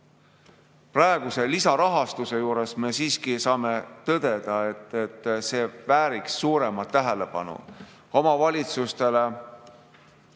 praeguse lisarahastuse juures me siiski saame tõdeda, et see vääriks suuremat tähelepanu. Omavalitsustele